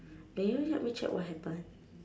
can you help me check what happen